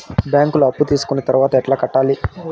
బ్యాంకులో అప్పు తీసుకొని తర్వాత ఎట్లా కట్టాలి?